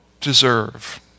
deserve